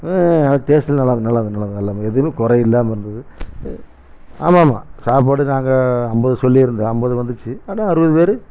ஆ ஆ நல்லா டேஸ்ட்டு நல்லாயிருந்து நல்லாயிருந்து நல்லாயிருந்தது எல்லாமே எதுவுமே குறை இல்லாமல் இருந்தது ஆமாம் ஆமாம் சாப்பாடு நாங்கள் ஐம்பது சொல்லி இருந்தோம் ஐம்பது வந்துச்சு ஆனால் அறுபது பேர்